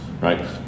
right